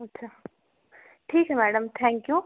अच्छा ठीक है मैडम थैंक यू